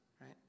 right